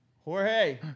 Jorge